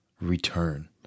return